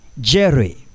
Jerry